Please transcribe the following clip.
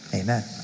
amen